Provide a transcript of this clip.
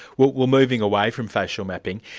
well well moving away from facial mapping,